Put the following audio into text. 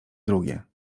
drugie